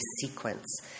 sequence